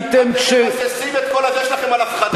אתם מבססים את כל, שלכם על הפחדה.